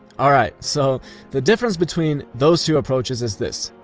alright, so the difference between those two approaches is this.